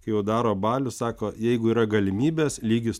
jau daro balius sako jeigu yra galimybės lygis